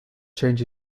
change